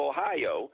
Ohio